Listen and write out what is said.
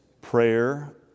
prayer